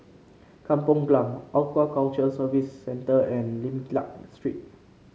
Kampung Glam Aquaculture Services Centre and Lim Liak Street